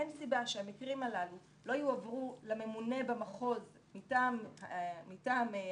אין סיבה שהמקרים הללו לא יועברו לממונה במחוז מטעם המנהל